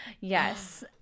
Yes